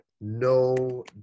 No